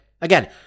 Again